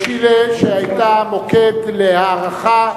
צ'ילה שהיתה מוקד להערכה,